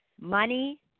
Money